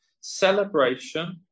celebration